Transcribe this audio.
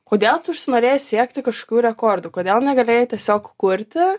kodėl tu užsinorėjei siekti kažkokių rekordų kodėl negalėjai tiesiog kurti